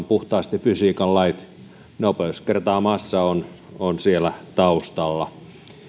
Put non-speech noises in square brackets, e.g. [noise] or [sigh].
[unintelligible] puhtaasti fysiikan lait nopeus kertaa massa on on siellä taustalla